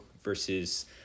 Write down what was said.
versus